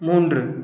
மூன்று